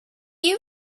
you